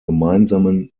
gemeinsamen